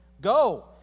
Go